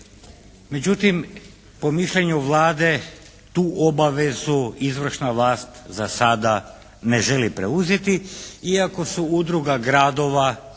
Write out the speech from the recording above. Međutim po mišljenju Vlade tu obavezu izvršna vlast za sada ne želi preuzeti iako su udruga gradova, udruga